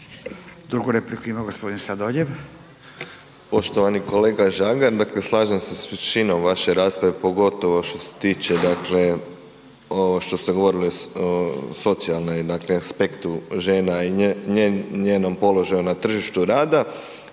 Drugu repliku ima gospodin Sladoljev. **Sladoljev, Marko (MOST)** Poštovani kolega Žagar. Dakle, slažem se sa većinom u vašoj raspravi pogotovo što se tiče, ovo što ste govorili o socijalnom aspektu žena i njenom položaju na tržištu rada.